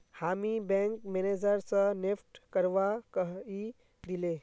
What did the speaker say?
हामी bank manager स NEFT करवा कहइ दिले